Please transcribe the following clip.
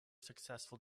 successful